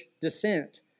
descent